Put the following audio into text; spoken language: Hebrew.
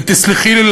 ותסלחי לי,